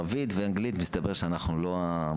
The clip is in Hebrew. הר"י ואנחנו, ברוך השם, הולכים יד ביד.